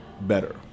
better